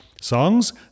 songs